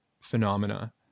phenomena